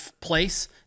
place